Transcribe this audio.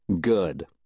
good